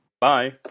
Bye